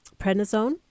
prednisone